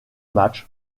match